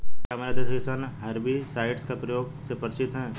क्या हमारे देश के किसान हर्बिसाइड्स के प्रयोग से परिचित हैं?